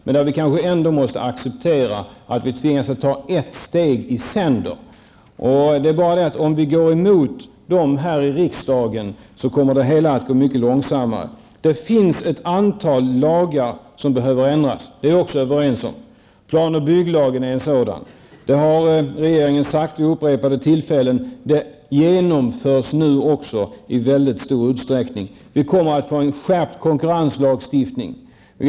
Men vi måste kanske ändå acceptera att vi tvingas ta ett steg i sänder. Om vi går emot dessa steg i riksdagen kommer det hela att gå mycket långsammare. Det finns ett antal lagar som behöver ändras. Det är vi också överens om. Plan och bygglagen är en sådan lag. Regeringen har sagt detta vid upprepade tillfällen. En ändring genomförs nu i stor utsträckning. Det kommer att bli en skärpt konkurrenslagstiftning.